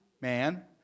man